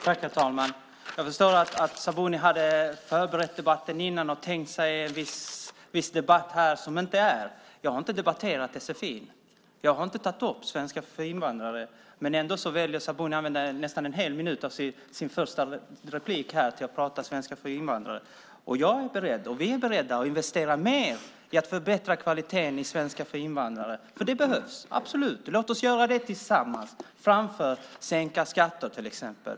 Herr talman! Jag förstår att Sabuni hade förberett debatten och tänkt sig en debatt som inte är. Jag har inte debatterat sfi. Jag har inte tagit upp svenska för invandrare. Ändå väljer Sabuni att använda nästan en hel minut av sitt första inlägg till att prata om svenska för invandrare. Vi är beredda att investera mer för att förbättra kvaliteten i svenska för invandrare. Det behövs absolut. Låt oss göra det tillsammans framför att sänka skatter till exempel.